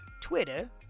Twitter